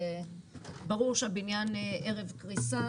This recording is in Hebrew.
וברור שהבניין ערב קריסה.